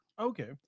Okay